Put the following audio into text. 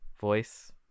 voice